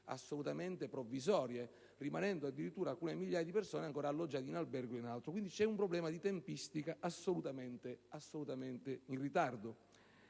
assolutamente provvisorie, rimanendo addirittura alcune migliaia di persone alloggiate in albergo o altrove. Quindi, esiste un problema di tempistica e di ritardi.